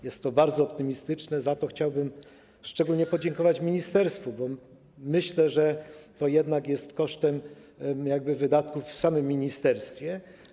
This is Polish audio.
Jest to bardzo optymistyczne, za to chciałbym szczególnie podziękować ministerstwu, bo myślę, że to jednak następuje kosztem wydatków w samym ministerstwie.